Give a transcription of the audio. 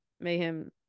Mayhem